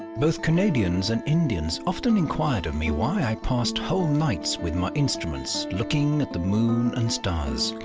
both canadians and indians often inquired of me why i passed whole nights with my instruments looking at the moon and stars.